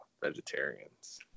Vegetarians